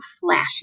flashy